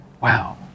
Wow